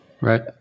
right